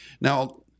Now